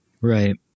right